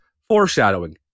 Foreshadowing